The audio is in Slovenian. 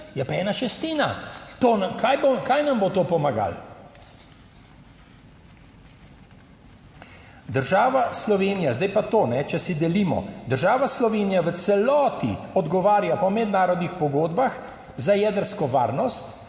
je pa ena šestina. Kaj nam bo to pomagalo? Država Slovenija, zdaj pa to, če si delimo, država Slovenija v celoti odgovarja po mednarodnih pogodbah za jedrsko varnost,